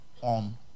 on